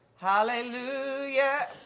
Hallelujah